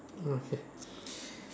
okay